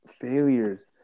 failures